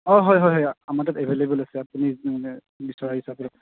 অঁ হয় হয় হয় আমাৰ তাত এভেইলেব'ল আছে আপুনি মানে বিচৰা হিচাপে